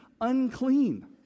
unclean